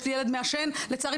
יש לי ילד מעשן לצערי,